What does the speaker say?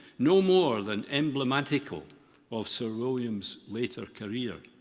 no more than emblematical of sir william's later career.